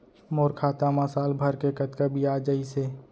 मोर खाता मा साल भर के कतका बियाज अइसे?